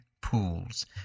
pools